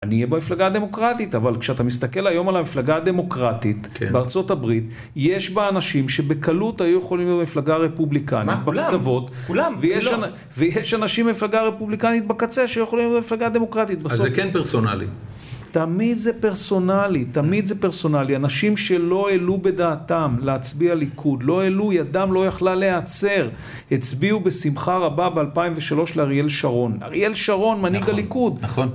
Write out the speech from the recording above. אני אהיה במפלגה הדמוקרטית, אבל כשאתה מסתכל היום על המפלגה הדמוקרטית בארה״ב, יש בה אנשים שבקלות היו יכולים להיות במפלגה הרפובליקנית, בקצוות, ויש אנשים במפלגה רפובליקנית בקצה, שיכולים להיות במפלגה הדמוקרטית בסופו של דבר. אז זה כן פרסונלי? תמיד זה פרסונלי, תמיד זה פרסונלי. אנשים שלא העלו בדעתם להצביע ליכוד, לא העלו, ידם לא יכלה לעצר, הצביעו בשמחה רבה ב-2003 לאריאל שרון. אריאל שרון, מנהיג הליכוד.